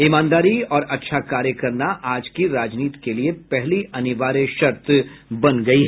ईमानदारी और अच्छा कार्य करना आज की राजनीति के लिए पहली अनिवार्य शर्त बन गये हैं